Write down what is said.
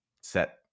set